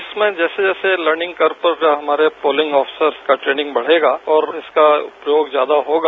इसमें जैसे जैसे लर्निंग करते हुए जो हमारे पोलिंग अफसर्स का ट्रेनिंग बढ़ेगा और उसका प्रयोग ज्यादा होगा